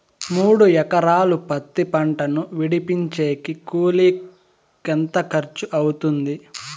మూడు ఎకరాలు పత్తి పంటను విడిపించేకి కూలి ఎంత ఖర్చు అవుతుంది?